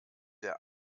der